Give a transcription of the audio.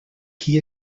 qui